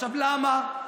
למה?